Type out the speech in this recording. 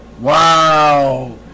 Wow